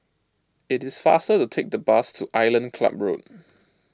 it is faster to take the bus to Island Club Road